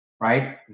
right